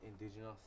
indigenous